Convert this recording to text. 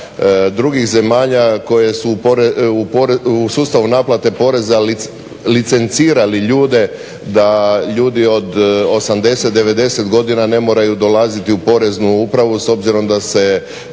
drugih zemalja koje su u sustavu naplate poreza licencirali ljude da ljudi od 80, 90 godina ne moraju dolaziti u Poreznu upravu s obzirom da je